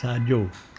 साजो॒